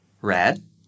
Red